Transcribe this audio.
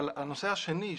הנושא השני,